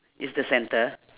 is the centre